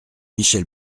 michel